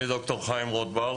אני ד"ר חיים רוטברט,